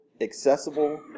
accessible